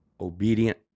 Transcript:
obedient